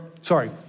Sorry